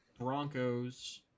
Broncos